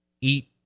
eat